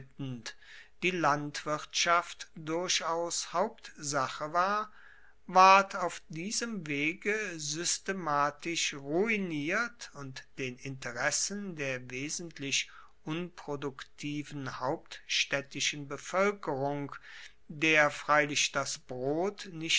die landwirtschaft durchaus hauptsache war ward auf diesem wege systematisch ruiniert und den interessen der wesentlich unproduktiven hauptstaedtischen bevoelkerung der freilich das brot